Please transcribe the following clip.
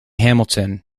hamilton